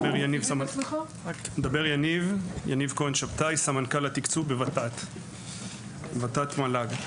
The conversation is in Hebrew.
אני סמנכ"ל התקצוב בות"ת מל"ג.